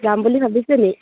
যাম বুলি ভাবিছেনি